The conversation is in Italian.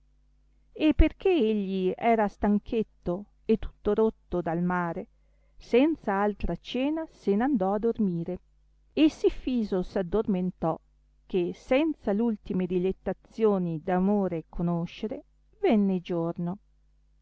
e perchè egli era stanchete e tutto rotto dal mare senza altra cena se n'andò a dormire e sì fiso s addormentò che senza l'ultime dilettazioni d'amore conoscere venne giorno